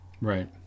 Right